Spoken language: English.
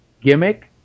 gimmick